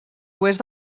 oest